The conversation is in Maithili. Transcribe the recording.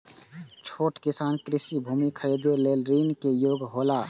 छोट किसान कृषि भूमि खरीदे लेल ऋण के योग्य हौला?